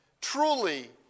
Truly